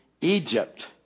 Egypt